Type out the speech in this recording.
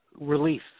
relief